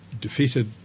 defeated